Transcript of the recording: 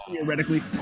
theoretically